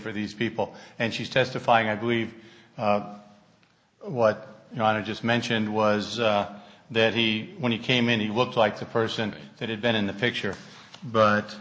for these people and she's testifying i believe what you know i just mentioned was that he when he came in he looked like the person that had been in the picture but